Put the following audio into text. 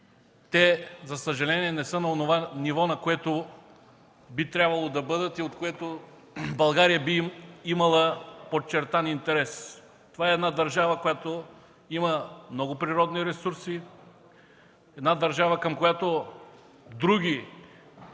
тъй като те не са на онова ниво, на което би трябвало да бъдат и от което България би имала подчертан интерес. Това е държава, която има много природни ресурси, държава, към която други